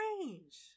strange